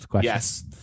Yes